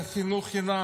חינוך חינם?